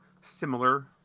similar –